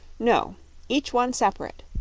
no each one separate.